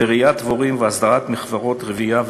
ורעיית דבורים והסדרת מכוורות, רבייה וטיפוח.